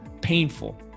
painful